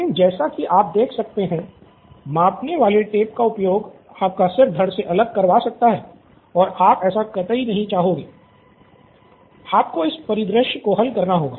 लेकिन जैसा कि आप देख सकते हैं मापने वाले टेप का उपयोग आपका सिर धड़ से अलग करवा सकता है और आप ऐसा कतई नहीं चाहेंगे आपको इस परिदृश्य को हल करना होगा